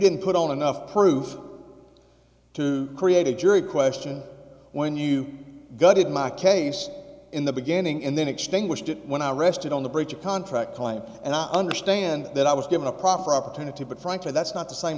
didn't put on enough proof to create a jury question when you got in my case in the beginning and then extinguished it when i rested on the breach of contract claim and i understand that i was given a proper opportunity but frankly that's not the same